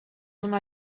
una